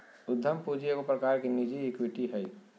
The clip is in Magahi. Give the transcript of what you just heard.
उद्यम पूंजी एगो प्रकार की निजी इक्विटी हइ